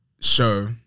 show